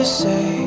say